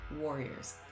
warriors